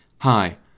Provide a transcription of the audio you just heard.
Hi